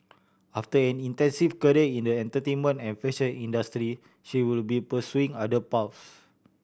after an extensive career in the entertainment and fashion industry she will be pursuing other paths